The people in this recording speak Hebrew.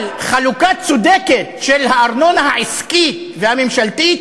אבל חלוקה צודקת של הארנונה העסקית והממשלתית